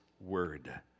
word